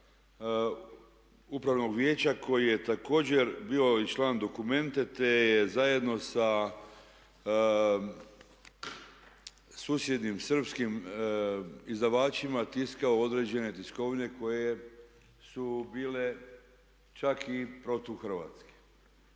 upravnog vijeća koji je također bio i član Documente te je zajedno sa susjednim srpskim izdavačima tiskao određene tiskovnije koje su bile čak i protuhrvatske.